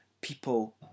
people